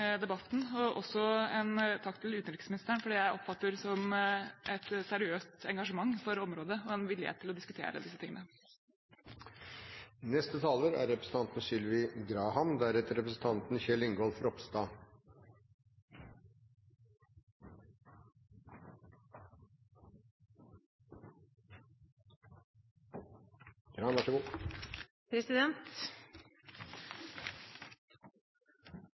debatten, og også en takk til utenriksministeren for det jeg oppfatter som et seriøst engasjement for området og en villighet til å diskutere disse tingene. Jeg vil også berømme interpellanten som tar opp denne saken i Stortinget. Verden er ekspert på å glemme konflikter og konfliktområder så